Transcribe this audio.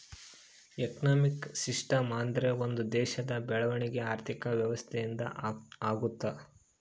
economic system ಅಂದ್ರೆ ಒಂದ್ ದೇಶದ ಬೆಳವಣಿಗೆ ಆರ್ಥಿಕ ವ್ಯವಸ್ಥೆ ಇಂದ ಆಗುತ್ತ